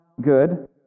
good